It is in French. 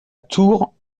tours